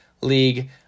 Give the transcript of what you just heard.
League